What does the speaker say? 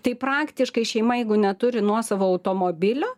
tai praktiškai šeima jeigu neturi nuosavo automobilio